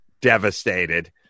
devastated